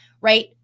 right